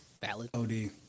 valid